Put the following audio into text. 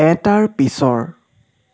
এটাৰ পিছৰ